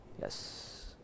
Yes